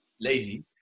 lazy